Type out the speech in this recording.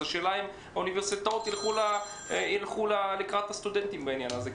אז השאלה אם האוניברסיטאות ילכו לקראת הסטודנטים בעניין הזה,